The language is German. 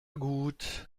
gut